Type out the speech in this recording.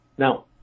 Now